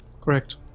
Correct